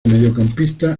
mediocampista